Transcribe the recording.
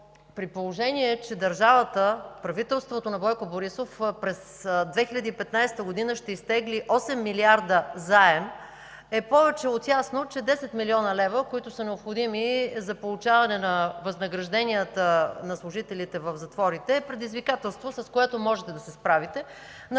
при положение че държавата, правителството на Бойко Борисов през 2015 г. ще изтегли 8 милиарда заем, е повече от ясно, че 10 млн. лв., които са необходими за получаване на възнагражденията на служителите в затворите, е предизвикателство, с което можете да се справите. На